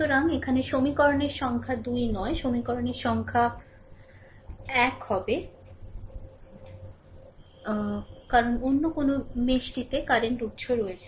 সুতরাং এখানে সমীকরণের সংখ্যা 2 নয় সমীকরণের সংখ্যা 1 হবে কারণ অন্য মেশ টিতে কারেন্ট উত্স রয়েছে